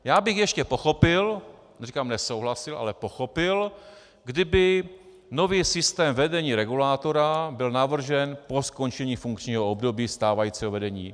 Já bych ještě pochopil já říkám, ne souhlasil, ale pochopil , kdyby nový systém vedení regulátora byl navržen po skončení funkčního období stávajícího vedení.